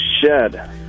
shed